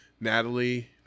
Natalie